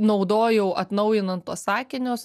naudojau atnaujinant tuos sakinius